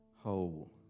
whole